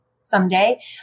someday